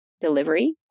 delivery